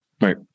Right